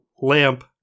lamp